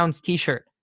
t-shirt